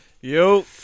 Yo